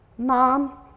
Mom